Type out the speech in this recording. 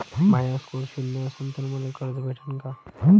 माया score शून्य असन तर मले कर्ज भेटन का?